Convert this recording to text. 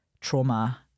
trauma